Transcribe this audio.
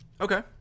Okay